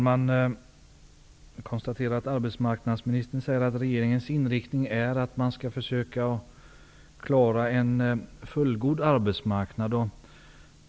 Herr talman! Arbetsmarknadsministern säger att regeringens inriktning är att man skall försöka klara en fullgod arbetsmarknad.